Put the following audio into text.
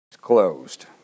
closed